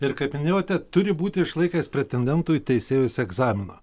ir kaip minėjote turi būti išlaikęs pretendentų į teisėjus egzaminą